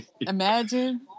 Imagine